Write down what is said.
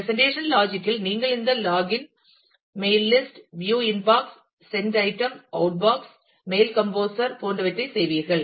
எனவே presentation logic இல் நீங்கள் இந்த log in mail list view inbox sent item outbox mail composer போன்றவற்றைச் செய்வீர்கள்